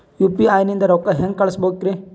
UPI ನಿಂದ ರೊಕ್ಕ ಹೆಂಗ ಕಳಸಬೇಕ್ರಿ?